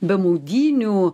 be maudynių